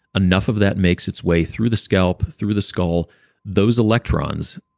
enough of that makes its way through the scalp, through the skull those electrons